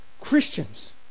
Christians